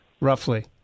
roughly